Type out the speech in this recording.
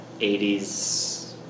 80s